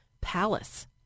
palace